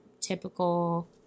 typical